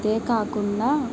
అదే కాకుండా